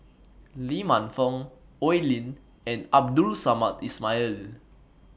Lee Man Fong Oi Lin and Abdul Samad Ismail